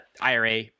IRA